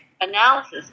analysis